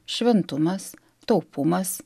šventumas taupumas